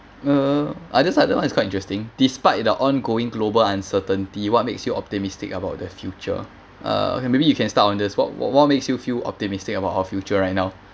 uh I just like that [one] is quite interesting despite the ongoing global uncertainty what makes you optimistic about the future uh okay maybe you can start on this what what what makes you feel optimistic about our future right now